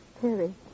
Perry